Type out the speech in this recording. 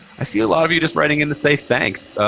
i see a lot of you just writing in to say thanks.